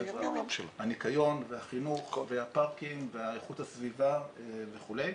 הניקיון והחינוך והפארקים ואיכות הסביבה וכו'.